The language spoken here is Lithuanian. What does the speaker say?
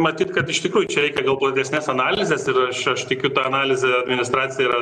matyt kad iš tikrųjų čia reikia gal platesnės analizės ir aš aš tikiu tą analizę administracija yra